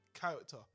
character